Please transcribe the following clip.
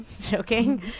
joking